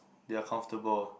they are comfortable